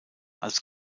als